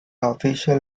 official